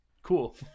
Cool